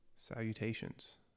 salutations